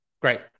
Great